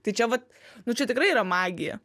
tai čia vat nu čia tikrai yra magija